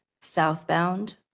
southbound